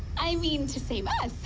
i mean to say man